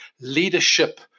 leadership